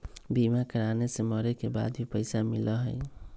बीमा कराने से मरे के बाद भी पईसा मिलहई?